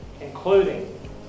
including